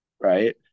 right